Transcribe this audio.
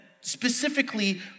specifically